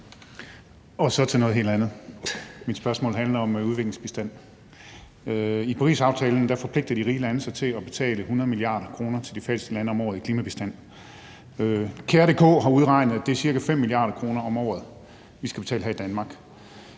Og så til noget helt andet: Mit spørgsmål handler om udviklingsbistand. I Parisaftalen forpligter de rige lande sig til at betale 100 mia. kr. til de fattigste lande om året i klimabistand. Care.dk har udregnet, at det er ca. 5 mia. kr. om året, vi skal betale her i Danmark.